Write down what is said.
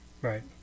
right